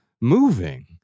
moving